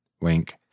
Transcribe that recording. Wink